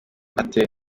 ate